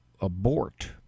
abort